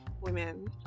women